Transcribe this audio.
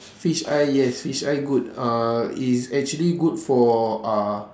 fish eye yes fish eye good uh it is actually good for uh